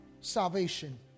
salvation